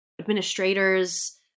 administrators